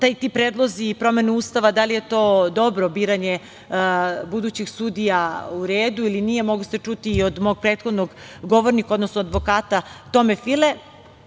Ti predlozi i promene Ustava, da li je to biranje budućih sudija u redu ili nije, mogli ste čuti i od mog prethodnog govornika, odnosno advokata Tome File,